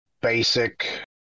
basic